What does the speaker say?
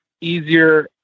easier